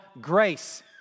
grace